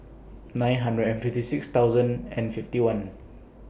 nine hundred and fifty six thousand and fifty one